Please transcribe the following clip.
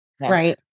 Right